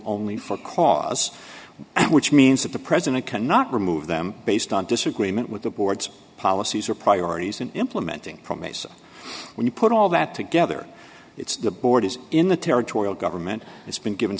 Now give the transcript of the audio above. only for cause which means that the president cannot remove them based on disagreement with the board's policies or priorities in implementing from a so when you put all that together it's the board is in the territorial government it's been given